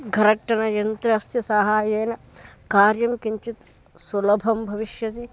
घरटनयन्त्रस्य सहायेन कार्यं किञ्चित् सुलभं भविष्यति